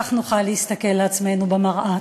כך נוכל להסתכל על עצמנו במראה.